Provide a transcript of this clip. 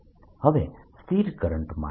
હવે સ્થિર કરંટ માટે